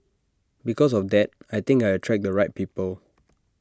because of that I think I attract the right people